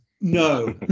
no